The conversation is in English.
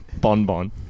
Bonbon